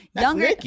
Younger